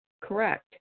correct